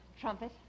trumpet